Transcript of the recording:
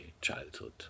childhood